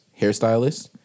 hairstylist